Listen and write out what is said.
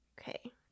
Okay